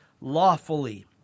lawfully